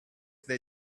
they